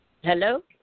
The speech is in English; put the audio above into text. Hello